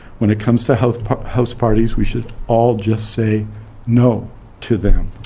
when it comes to house but house parties we should all just say no to them.